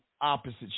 opposite